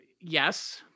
Yes